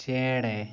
ᱪᱮᱬᱮ